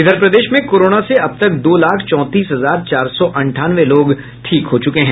इधर प्रदेश में कोरोना से अब तक दो लाख चौंतीस हजार चार सौ अंठानवे लोग ठीक हो चुके हैं